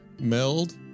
Meld